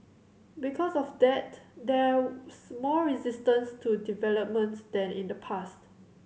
because of that there's more resistance to development than in the past